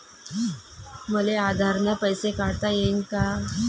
मले आधार न पैसे काढता येईन का?